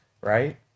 right